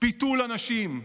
ביטול אנשים,